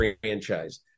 franchise